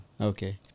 Okay